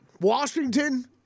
Washington